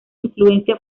influencia